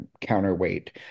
counterweight